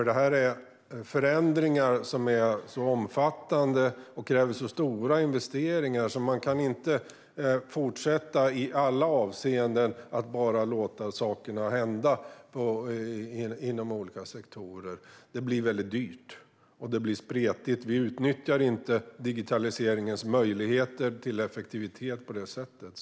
Detta är förändringar som är så omfattande och kräver så stora investeringar att man inte kan fortsätta att i alla avseenden bara låta saker hända inom olika sektorer. Det blir väldigt dyrt och spretigt, och vi utnyttjar inte digitaliseringens möjligheter till effektivitet på det sättet.